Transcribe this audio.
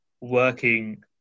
working